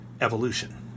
evolution